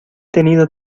tenido